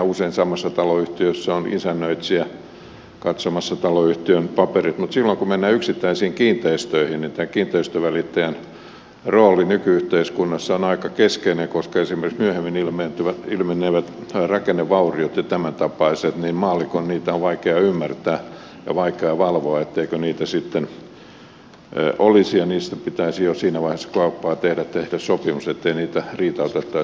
usein samassa taloyhtiössä on isännöitsijä katsomassa taloyhtiön paperit mutta silloin kun mennään yksittäisiin kiinteistöihin niin tämän kiinteistönvälittäjän rooli nyky yhteiskunnassa on aika keskeinen koska esimerkiksi myöhemmin ilmeneviä rakennevaurioita ja tämäntapaisia maallikon on vaikea ymmärtää ja vaikea valvoa etteikö niitä sitten olisi ja niistä pitäisi jo siinä vaiheessa kun kauppaa tehdään tehdä sopimus ettei niitä ehditä ottaa